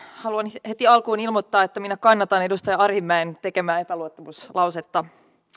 haluan heti alkuun ilmoittaa että minä kannatan edustaja arhinmäen tekemää epäluottamuslausetta